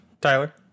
tyler